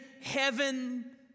heaven